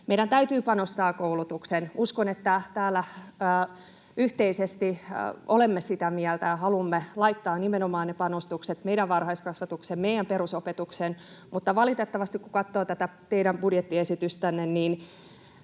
Meidän täytyy panostaa koulutukseen. Uskon, että täällä yhteisesti olemme sitä mieltä ja haluamme laittaa ne panostukset nimenomaan meidän varhaiskasvatukseen, meidän perusopetukseen, mutta valitettavasti, kun katsoo tätä teidän budjettiesitystänne,